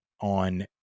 on